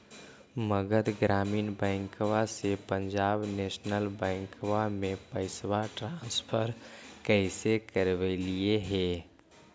मध्य ग्रामीण बैंकवा से पंजाब नेशनल बैंकवा मे पैसवा ट्रांसफर कैसे करवैलीऐ हे?